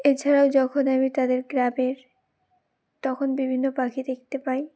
এছাড়াও যখন আমি তাদের গ্রামের তখন বিভিন্ন পাখি দেখতে পাই